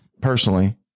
Personally